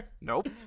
Nope